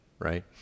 right